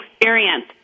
experience